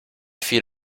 feet